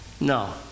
No